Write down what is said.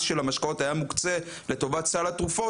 של המשקאות היה מוקצה לטובת סל התרופות,